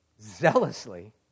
Zealously